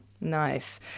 Nice